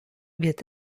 wird